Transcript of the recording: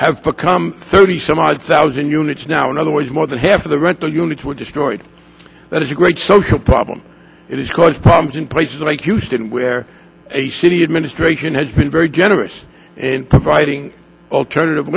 have become thirty some odd thousand units now in other ways more than half of the rental units were destroyed that is a great social problem it has caused problems in places like houston where a city administration has been very generous and providing alternative